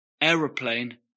aeroplane